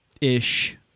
ish